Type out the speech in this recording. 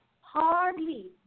hardly